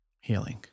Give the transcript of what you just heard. Healing